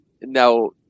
now